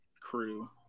crew